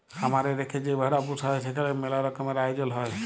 খামার এ রেখে যে ভেড়া পুসা হ্যয় সেখালে ম্যালা রকমের আয়জল হ্য়য়